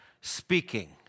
speaking